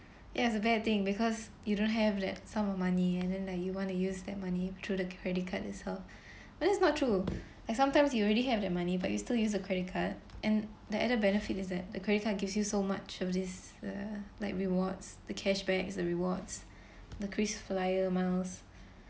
ya it's a bad thing because you don't have that sum of money and then like you want to use that money through the credit card itself but that's not true like sometimes you already have that money but you still use a credit card and the added benefit is that the credit card gives you so much of this uh like rewards the cash back rewards the krisflyer miles